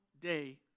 day